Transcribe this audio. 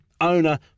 owner